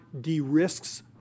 de-risks